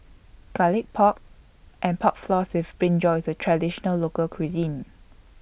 Garlic Pork and Pork Floss with Brinjal IS A Traditional Local Cuisine